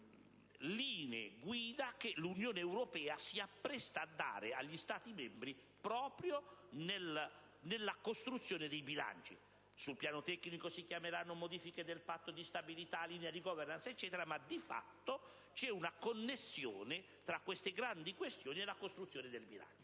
nuove linee guida che l'Unione europea si appresta a dare agli Stati membri proprio nella costruzione dei bilanci. Sul piano tecnico si chiameranno modifiche del Patto di stabilità, linee di *governance,* ma di fatto vi è una connessione tra queste grandi questioni e la costruzione del bilancio.